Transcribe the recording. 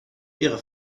ehre